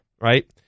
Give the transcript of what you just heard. right